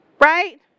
right